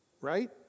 right